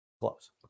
close